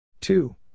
two